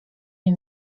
nie